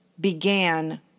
began